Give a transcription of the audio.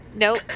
Nope